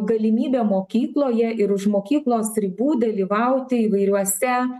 galimybė mokykloje ir už mokyklos ribų dalyvauti įvairiuose